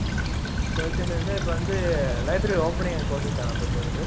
ஆ சரி okay sir sir இப்போ வந்து library opening and closing time எப்போ சார் அது